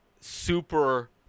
super